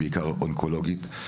בעיקר אונקולוגית,